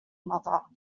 mother